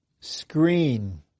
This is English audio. screen